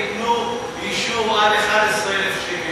וייתנו באישור עד 11,000 שקל,